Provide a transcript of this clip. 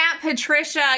Patricia